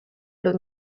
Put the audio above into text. los